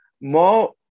More